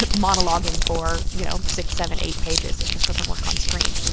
monologuing for you know six, seven, eight pages, it just doesn't work on screen.